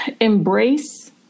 embrace